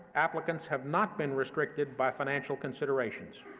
applicants have not been restricted by financial considerations.